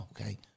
okay